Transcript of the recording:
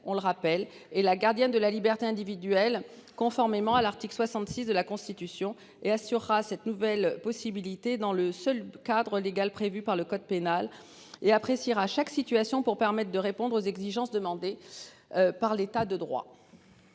on le rappelle, est la gardienne de la liberté individuelle, conformément à l'article 66 de la Constitution et assurera cette nouvelle possibilité dans le seul cadre légal prévu par le code pénal et appréciera chaque situation pour permettent de répondre aux exigences demandées. Par l'état de droit.